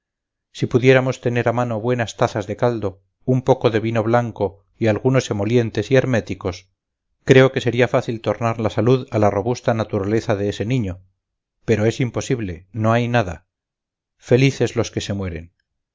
si pudiéramos tener a mano buenas tazas de caldo un poco de vino blanco y algunos emolientes y herméticos creo que sería fácil tornar la salud a la robusta naturaleza de ese niño pero es imposible no hay nada felices los que se mueren